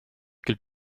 küll